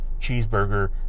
cheeseburger